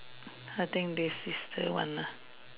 I think this is the one ah